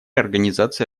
организации